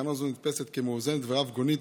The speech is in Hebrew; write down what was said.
תחנה זו נתפסת כמאוזנת ורב-גונית,